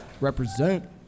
Represent